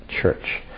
church